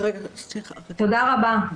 תודה רבה.